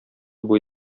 буе